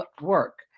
work